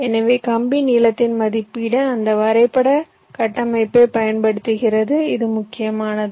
எனவே கம்பி நீளத்தின் மதிப்பீடு அந்த வரைபட கட்டமைப்பைப் பயன்படுத்துகிறது இது முக்கியமானது